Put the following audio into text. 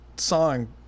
Song